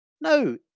No